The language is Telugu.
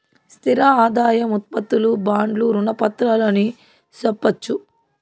స్థిర ఆదాయం ఉత్పత్తులు బాండ్లు రుణ పత్రాలు అని సెప్పొచ్చు